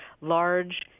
large